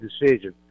decision